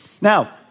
Now